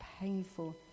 painful